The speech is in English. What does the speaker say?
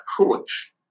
approach